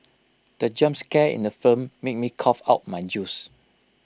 the jump scare in the film made me cough out my juice